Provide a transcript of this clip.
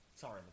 Sorry